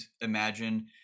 imagine